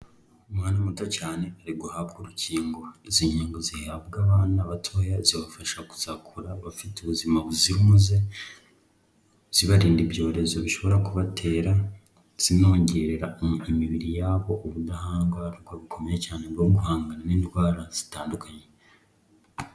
Umwana muto cyane ari guhabwa urukingo izi nkin a abana batoya zibafasha mibiri yabo ubudahangarwa bukomeye cyane bwo guhangana n'indwara zitandukanye.